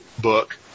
book